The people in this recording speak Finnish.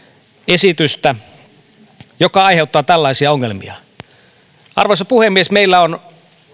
esitystä joka aiheuttaa tällaisia ongelmia arvoisa puhemies meillä on